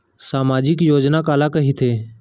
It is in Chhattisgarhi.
सामाजिक योजना काला कहिथे?